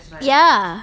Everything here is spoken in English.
ya